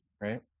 right